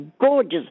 gorgeous